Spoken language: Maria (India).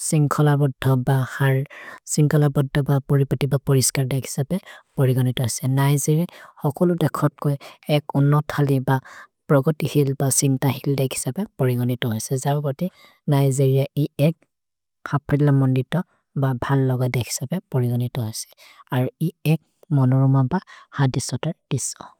सिन्ग्खल बद्धब् ब हर्, सिन्ग्खल बद्धब् ब परिपति ब परिस्कर् देखि सबे, परिगनित असे। निगेरिअ हकोलु देखपुर एक् अनोथलि ब प्रकोति हिल् ब सिन्ग्त हिल् देखि सबे, परिगनित असे। जर पते निगेरिअ एक् खपरिल मोन्दित ब भन् लग देखि सबे, परिगनित असे। अर् एक् मोनोरम ब हदिसोतर् दिसो।